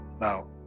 Now